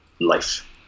life